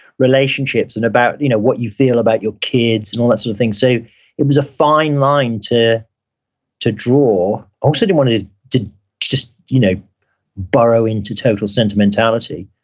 relationships, and about you know what you feel about your kids, and all that sort of thing. so it was a fine line to to draw. also, i didn't want to just you know burrow into total sentimentality,